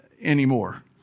anymore